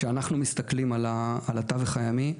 כשאנחנו מסתכלים על התווך הימי,